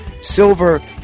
Silver